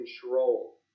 control